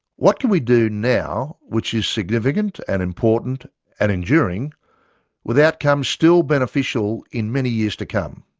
what can we do now which is significant and important and enduring with outcomes still beneficial in many years to come.